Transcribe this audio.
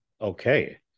Okay